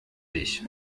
dich